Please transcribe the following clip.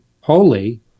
holy